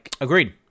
Agreed